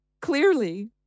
clearly